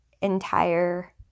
entire